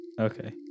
Okay